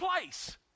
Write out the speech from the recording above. place